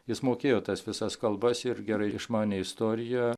jis mokėjo tas visas kalbas ir gerai išmanė istoriją